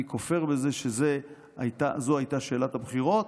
אני כופר בזה שזו הייתה שאלת הבחירות,